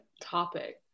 topic